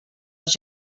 els